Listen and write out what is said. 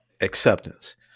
acceptance